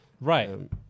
Right